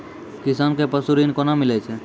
किसान कऽ पसु ऋण कोना मिलै छै?